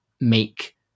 make